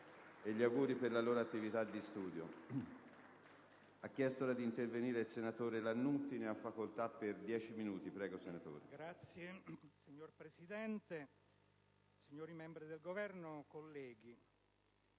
*(IdV)*. Signor Presidente, signori membri del Governo, colleghi,